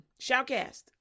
Shoutcast